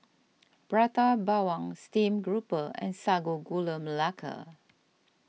Prata Bawang Steamed Grouper and Sago Gula Melaka